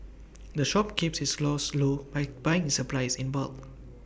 the shop keeps its costs low by buying its supplies in bulk